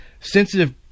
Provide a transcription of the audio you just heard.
sensitive